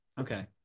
Okay